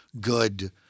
good